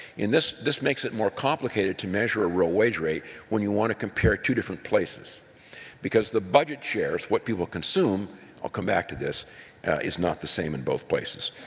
this this makes it more complicated to measure a real wage rate when you want to compare two different places because the budget share, what people consume i'll come back to this is not the same in both places.